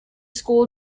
school